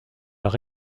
par